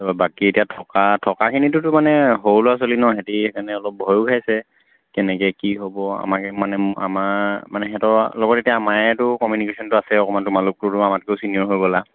তাৰপৰা বাকী এতিয়া থকা থকাখিনিততো মানে সৰু ল'ৰা ছোৱালী ন সিহঁতি সেইকাৰণে অলপ ভয়ো খাইছে কেনেকৈ কি হ'ব আমাকে মানে আমাৰ মানে সিহঁতৰ লগত এতিয়া আমাৰেতো কমিউনিকেচনটো আছে অকণমান তোমালোকটোতো আমাতকৈ ছিনিয়ৰ হৈ গ'লা